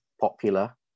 popular